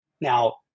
Now